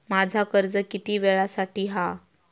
माझा कर्ज किती वेळासाठी हा?